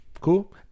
cool